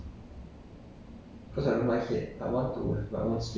mm then why don't you stay with your parents